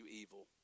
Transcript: evil